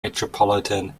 metropolitan